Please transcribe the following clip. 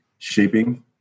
shaping